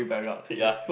ya